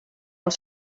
als